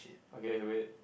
okay wait